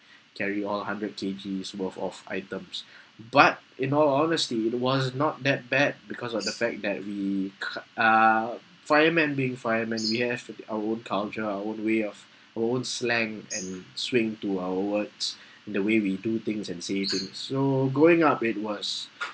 carry on hundred K_Gs worth of items but in all honesty it was not that bad because of the fact that we c~ uh fireman being firemen we have our own culture our own way ah our own slang and swing to our words the way we do things and say things so going up it was